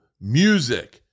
music